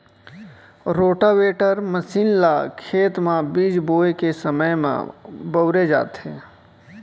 rotavator machine ल खेत म बीज बोए के समे म बउरे जाथे